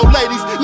ladies